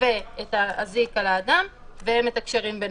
והאזיק על האדם והם מתקשרים ביניהם,